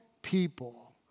People